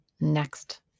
next